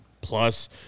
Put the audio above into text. plus